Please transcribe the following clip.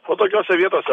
va tokiose vietose